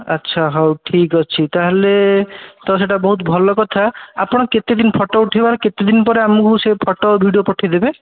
ଆଚ୍ଛା ହଉ ଠିକ୍ ଅଛି ତାହେଲେ ତ ସେଟା ବହୁତ ଭଲ କଥା ଆପଣ କେତେଦିନ ଫୋଟୋ ଉଠେଇବାର କେତେଦିନ ପରେ ଆମକୁ ସେ ଫୋଟୋ ଓ ଭିଡ଼ିଓ ପଠେଇ ଦେବେ